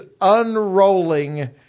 unrolling